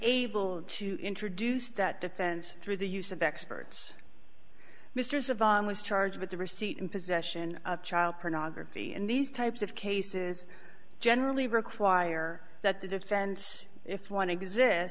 able to introduce that defense through the use of experts misters of on was charged with the receipt in possession of child pornography and these types of cases generally require that the defense if one exist